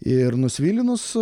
ir nusvilinus